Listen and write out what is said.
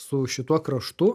su šituo kraštu